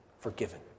forgiven